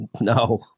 No